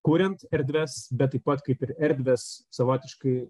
kuriant erdves bet taip pat kaip ir erdvės savotiškai